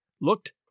Looked